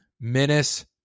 Menace